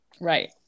right